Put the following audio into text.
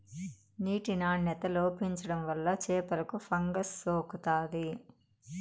నీటి నాణ్యత లోపించడం వల్ల చేపలకు ఫంగస్ సోకుతాది